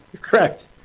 correct